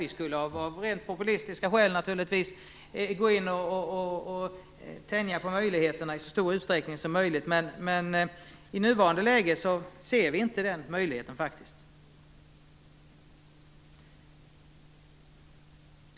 Vi skulle av rent populistiska skäl naturligtvis kunna gå in och tänja på möjligheterna i så stor utsträckning som möjligt. Men i nuvarande läge ser vi inte den möjligheten.